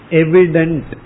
evident